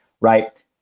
right